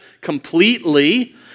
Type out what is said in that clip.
completely